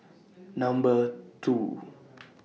Number two